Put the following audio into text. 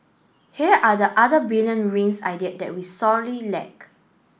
here are the other brilliant rings idea that we sorely lack